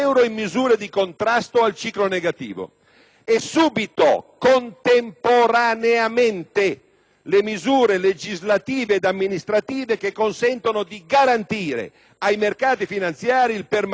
le misure legislative ed amministrative che consentono di garantire ai mercati finanziari il permanere della nostra finanza pubblica in un'area di stabilità nel 2010, 2011, 2012.